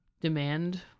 demand